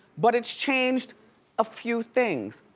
but it's changed a few things.